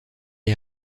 est